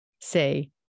say